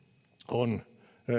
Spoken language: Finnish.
on